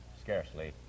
scarcely